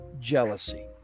Jealousy